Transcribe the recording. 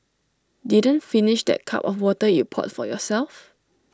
didn't finish that cup of water you poured for yourself